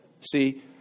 See